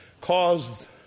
caused